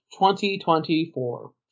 2024